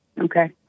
Okay